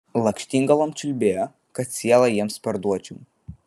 lakštingalom čiulbėjo kad sielą jiems parduočiau